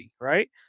right